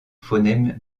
phonème